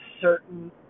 certain